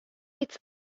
its